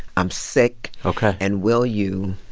i'm sick. ok. and will you.